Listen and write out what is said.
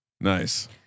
Nice